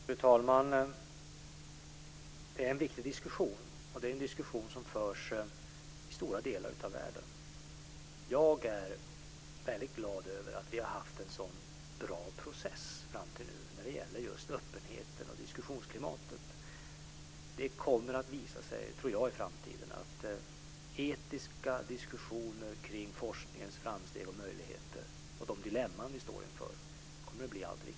Fru talman! Det här är en viktig diskussion, och det är en diskussion som förs i stora delar av världen. Jag är väldigt glad över att vi har haft en sådan bra process fram till nu när det gäller just öppenheten och diskussionsklimatet. Jag tror att det i framtiden kommer att visa sig att etiska diskussioner kring forskningens framsteg och möjligheter och de dilemman vi står inför kommer att bli allt viktigare.